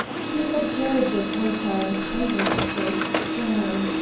he is at gerridge's hotel in craven street, strand.